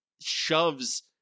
shoves